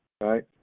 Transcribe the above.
Right